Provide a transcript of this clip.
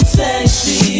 sexy